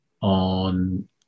on